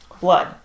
blood